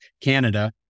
Canada